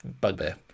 bugbear